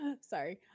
Sorry